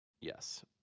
Yes